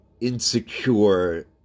insecure